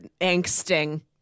Angsting